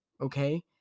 Okay